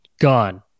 Gone